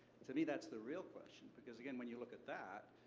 to me, that's the real question, because again, when you look at that,